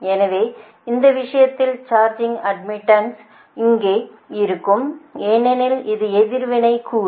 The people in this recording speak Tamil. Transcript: எனவேஇந்த விஷயத்தில் சார்ஜிங் அட்மிட்டன்ஸ் அங்கே இருக்கும் ஏனெனில் அது எதிர்வினை கூறு